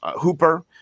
Hooper